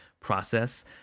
process